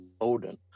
Odin